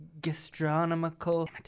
gastronomical